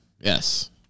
yes